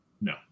No